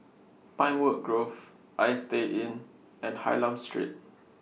Pinewood Grove Istay Inn and Hylam Street